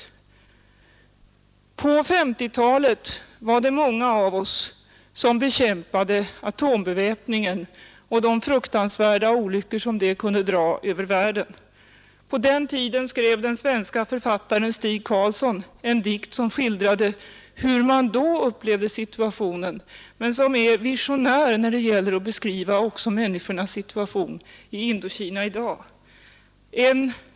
På 1950-talet var det många av oss som bekämpade atombeväpningen och de fruktansvärda olyckor som den kunde dra över världen. På den tiden skrev den svenske författaren Stig Carlson en dikt som skildrade hur man då upplevde situationen men som är visionär när det gäller att beskriva också människornas situation i Indokina i dag.